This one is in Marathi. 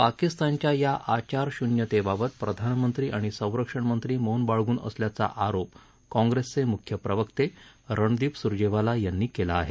पाकिस्तानच्या या आचारशून्यतेबाबत प्रधानमंत्री आणि संरक्षणमंत्री मौन बाळगून असल्याचा आरोप काँग्रेसचे मुख्य प्रवक्ते रणदीप सुरजेवाला यांनी केला आहे